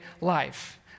life